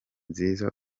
nziza